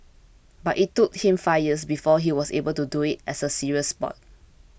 but it took him five years before he was able to do it as a serious sport